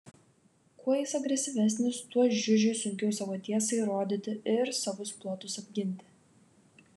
kuo jis agresyvesnis tuo žiužiui sunkiau savo tiesą įrodyti ir savus plotus apginti